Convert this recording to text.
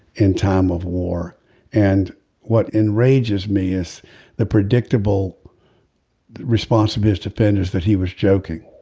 in time of war and what enrages me is the predictable response of his defenders that he was joking.